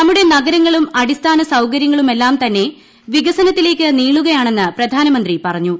നമ്മുടെ നഗരങ്ങളും അടിസ്ഥാന സൌകര്യങ്ങളുമെല്ലാം തന്നെ വികസനത്തിലേക്ക് നീളുകയാണെന്ന് പ്രധാനമന്ത്രി പറഞ്ഞു